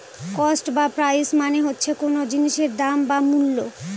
cost বা price মানে হচ্ছে কোন জিনিসের দাম বা মূল্য